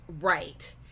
Right